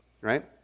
right